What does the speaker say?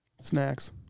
snacks